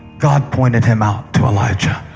god pointed him out to elijah.